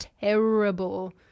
terrible